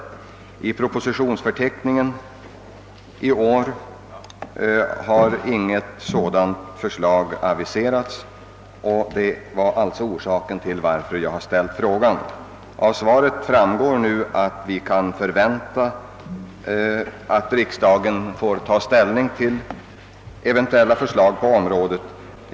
I årets propositionsförteckning har inte något sådant förslag aviserats, och detta var alltså orsaken till att jag framställde min fråga. Nu framgår det av svaret att vi kan förvänta att riksdagen får ta ställning till eventuella förslag på området.